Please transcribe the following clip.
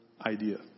idea